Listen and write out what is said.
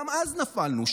גם אז נפלנו,